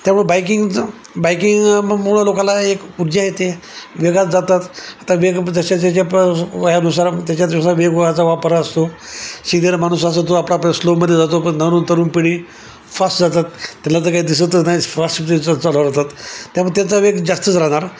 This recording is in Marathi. त्यामुळं बाईकिंगचं बाईकिंगमुळं लोकाला एक उर्जा येते वेगात जातात आता वेग जशा त्याच्या प वयानुसार त्याच्यानुसार वेगवेगळाचा वापरा असतो सीनियर माणूस असतो तो आपला आपला स्लोमध्ये जातो पण नव तरुण पिढी फास्ट जातात त्याला तर काही दिसतच नाही फास्ट त्याचं चालवतात त्यामुळे त्याचा वेग जास्तच राहणार